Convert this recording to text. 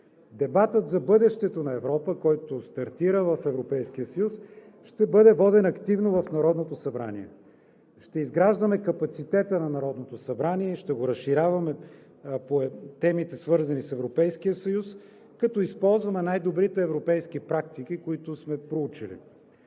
Дебатът за бъдещото на Европа, който стартира в Европейския съюз, ще бъде воден активно в Народното събрание. Ще изграждаме капацитета на Народното събрание, ще го разширяваме по темите, свързани с Европейския съюз, като използваме най-добрите европейски практики, които сме проучили.